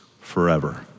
forever